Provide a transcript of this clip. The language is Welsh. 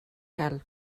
help